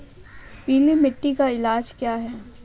पीली मिट्टी का इलाज क्या है?